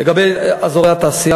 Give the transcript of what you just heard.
לגבי אזורי התעשייה,